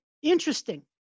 Interesting